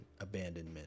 abandonment